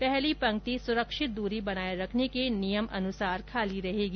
पहली पंक्ति सुरक्षित दूरी बनाए रखने के नियम के अनुसार खाली रहेगी